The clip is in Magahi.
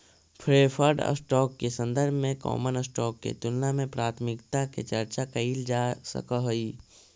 प्रेफर्ड स्टॉक के संदर्भ में कॉमन स्टॉक के तुलना में प्राथमिकता के चर्चा कैइल जा सकऽ हई